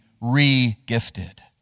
re-gifted